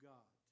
God